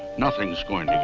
nothing's going